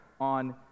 on